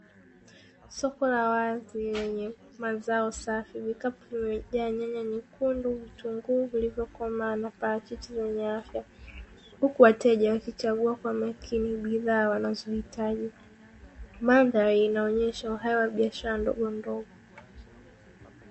Soko la wazi yenye mazao safi vikapu vimejaa nyanya nyekundu ,vitunguu vilivyo komaa na parachichi zenye afya hulu wateja wakichagua kwa makini makini bidhaa wanazohitaji mandhari inaonyesha uhai wa biashara ndogo ndogo.